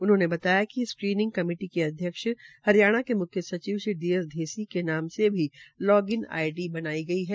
उन्होंने बताया कि स्क्रीनिंग कमेटी के अध्यक्ष हरियाणा के मुख्य सचिव श्री डी एस ढेसी के नाम से भी लॉग ईन आईडी बनाई गई है